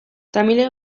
tamilek